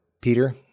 peter